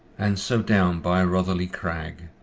and so down by rotheley crag,